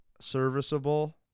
serviceable